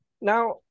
now